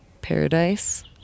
paradise